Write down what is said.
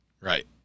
right